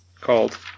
called